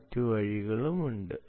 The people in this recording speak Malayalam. മറ്റ് വഴികളും ഉണ്ട്